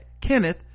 kenneth